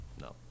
No